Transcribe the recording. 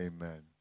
Amen